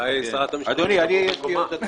אולי שרת המשפטים תבוא במקומה.